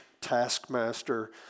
taskmaster